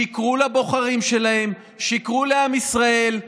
שיקרו לבוחרים שלהן, שיקרו לעם ישראל,